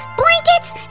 blankets